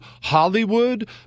Hollywood